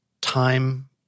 time